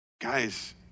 Guys